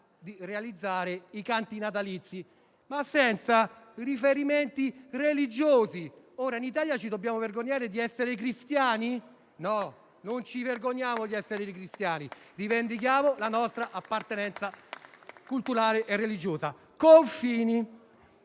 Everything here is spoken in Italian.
di realizzare i canti natalizi, ma senza riferimenti religiosi. Ora in Italia ci dobbiamo vergognare di essere cristiani? No, non ci vergogniamo di essere cristiani: rivendichiamo la nostra appartenenza culturale e religiosa. Quanto